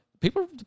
People